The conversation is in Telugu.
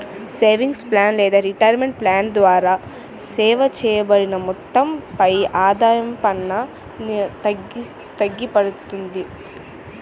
సేవింగ్స్ ప్లాన్ లేదా రిటైర్మెంట్ ప్లాన్ ద్వారా సేవ్ చేయబడిన మొత్తంపై ఆదాయ పన్ను తగ్గింపబడుతుంది